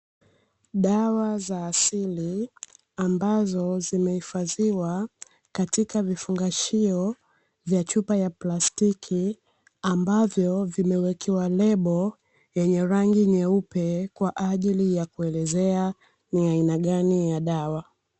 Dawa za asili ambazo zimehifadhiwa katika vifungashio vya chupa ya plastiki ambavyo vimewekewa lebo yenye rangi nyeupe kwa ajili ya kuelezea ni aina gani ya dawa.